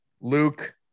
Luke